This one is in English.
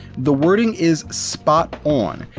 the wording is spot on,